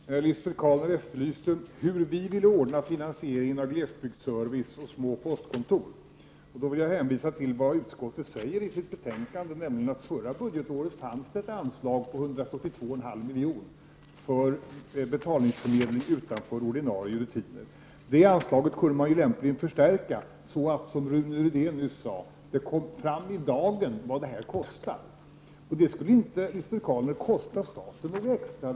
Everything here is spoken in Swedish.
Herr talman! Lisbet Calner efterlyste ett besked om hur vi vill ordna finansieringen av glesbygdsservice och små postkontor. Då vill jag hänvisa till vad utskottet säger i betänkandet. Man säger nämligen att det förra budgetåret fanns ett anslag om 142,5 milj.kr. för betalningsförmedling utanför ordinarie rutiner. Det anslaget kunde lämpligen förstärkas — som Rune Rydén nyss tog upp — så att det kom i dagen vad det här kostar. Det skulle inte, Lisbet Calner, kosta staten något extra.